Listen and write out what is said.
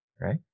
right